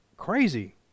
crazy